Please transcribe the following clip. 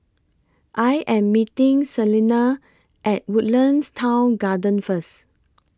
I Am meeting Celena At Woodlands Town Garden First